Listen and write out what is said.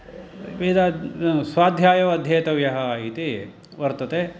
वेदाद् स्वाध्यायो अध्येतव्यः इति वर्तते